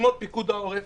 אתמול פיקוד העורף